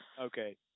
Okay